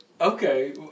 Okay